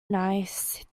nice